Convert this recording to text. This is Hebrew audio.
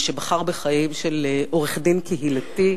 שבחר בחיים של עורך-דין קהילתי,